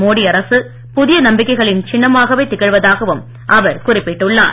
மோடி அரசு புதிய நம்பிக்கைகளில் சின்னமாகவே திகழ்வதாகவும் அவர் குறிப்பிட்டுள்ளார்